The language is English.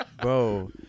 Bro